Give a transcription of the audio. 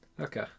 okay